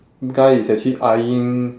guy is actually eyeing